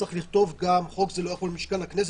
שם צריך לכתוב: חוק זה לא יחול על משכן הכנסת,